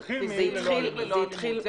זה התחיל מעיר ללא אלימות.